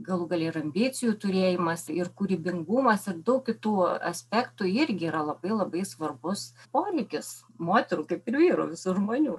galų gale ir ambicijų turėjimas ir kūrybingumas ir daug kitų aspektų irgi yra labai labai svarbus poreikis moterų kaip ir vyrų visų žmonių